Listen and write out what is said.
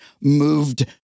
moved